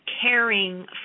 caring